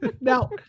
now